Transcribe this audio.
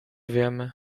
wiemy